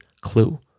clue